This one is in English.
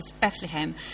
Bethlehem